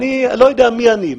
אני לא יודע מי אני.